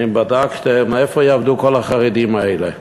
האם בדקתם איפה יעבדו כל החרדים האלה?